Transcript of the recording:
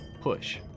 push